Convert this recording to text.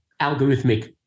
algorithmic